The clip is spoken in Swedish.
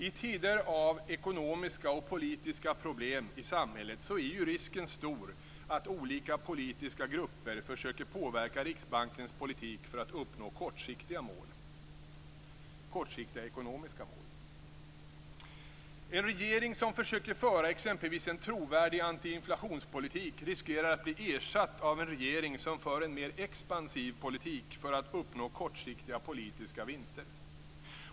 I tider av ekonomiska och politiska problem i samhället är ju risken stor att olika politiska grupper försöker påverka Riksbankens politik för att uppnå kortsiktiga ekonomiska mål. En regering som försöker föra exempelvis en trovärdig antiinflationspolitik riskerar att bli ersatt av en regering som för en mer expansiv politik för att uppnå kortsiktiga politiska vinster.